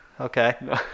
okay